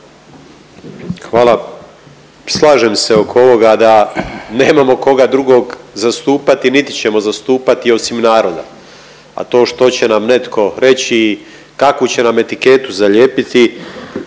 Hvala. Slažem se oko ovoga da nemamo koga drugog zastupati, niti ćemo zastupati osim naroda, a to što će nam netko reći, kakvu će nam etiketu zalijepiti,